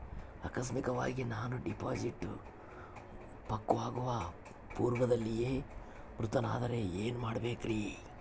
ಆಕಸ್ಮಿಕವಾಗಿ ನಾನು ಡಿಪಾಸಿಟ್ ಪಕ್ವವಾಗುವ ಪೂರ್ವದಲ್ಲಿಯೇ ಮೃತನಾದರೆ ಏನು ಮಾಡಬೇಕ್ರಿ?